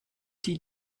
die